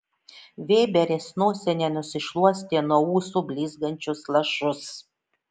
vėberis nosine nusišluostė nuo ūsų blizgančius lašus